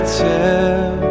tell